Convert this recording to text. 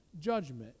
judgment